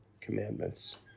commandments